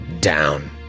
down